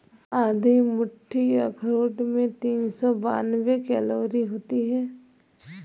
आधी मुट्ठी अखरोट में तीन सौ बानवे कैलोरी ऊर्जा होती हैं